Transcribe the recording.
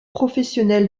professionnel